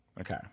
Okay